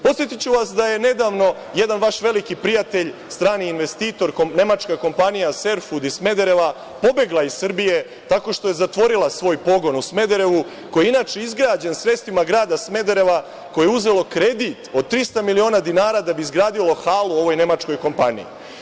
Podsetiću vas da je nedavno jedan vaš veliki prijatelj, strani investitor, nemačka kompanija „Serfud“ iz Smedereva pobegla iz Srbije tako što je zatvorila svoj pogon u Smederevu, koji je inače izgrađen sredstvima grada Smedereva koje je uzelo kredit od 300 miliona dinara da bi izgradilo halu ovoj nemačkoj kompaniji.